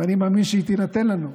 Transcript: ואני מאמין שהיא תינתן לנו,